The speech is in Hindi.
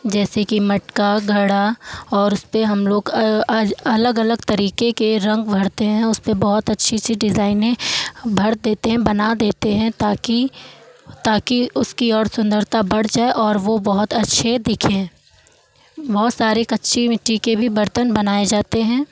जैसे कि मटका घड़ा और उसपे हम लोग अज अलग अलग तरीके के रंग भरते हैं उसपे बहुत अच्छी अच्छी डिज़ाइने भर देते बना देते हैं ताकि ताकि उसकी और सुंदरता बढ़ जाए और वो बहुत अच्छे दिखें बहुत सारे कच्ची मिट्टी के भी बर्तन बनाए जाते हैं